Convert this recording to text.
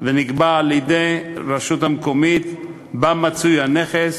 ונגבה על-ידי הרשות המקומית שבה מצוי הנכס,